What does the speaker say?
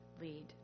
lead